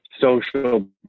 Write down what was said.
social